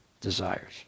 desires